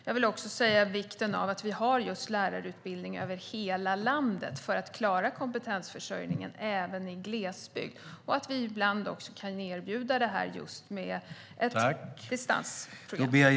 Jag vill också säga att det är viktigt att vi har lärarutbildning över hela landet för att klara kompetensförsörjningen även i glesbygd och att vi ibland även ska kunna erbjuda det genom ett distansprogram.